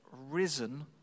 risen